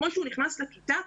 כמו שהוא נכנס לכיתה,